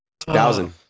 Thousand